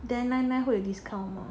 then nine nine 会有 discount 吗